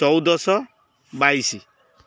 ଚଉଦଶହ ବାଇଶି